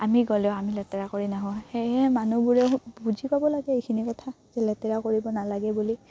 আমি গ'লেও আমি লেতেৰা কৰি নাহোঁ সেয়ে মানুহবোৰেও বুজি পাব লাগে এইখিনি কথা যে লেতেৰা কৰিব নালাগে বুলি